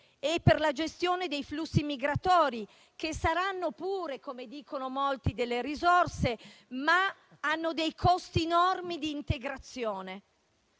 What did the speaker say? e per la gestione dei flussi migratori, che saranno pure, come dicono molti, delle risorse, ma hanno dei costi enormi di integrazione.